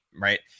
right